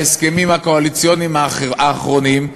בהסכמים הקואליציוניים האחרונים,